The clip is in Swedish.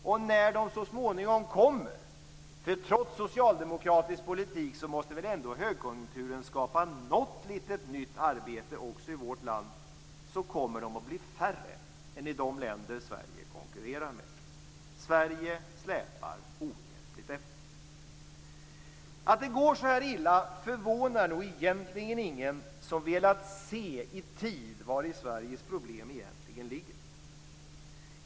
Och när de så småningom kommer - för trots socialdemokratisk politik måste väl ändå högkonjunkturen skapa något litet nytt arbete också i vårt land - kommer de att bli färre än i de länder Sverige konkurrerar med. Sverige släpar ohjälpligt efter. Att det går så här illa förvånar nog egentligen ingen som velat se i tid vari Sveriges problem egentligen ligger.